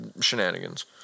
shenanigans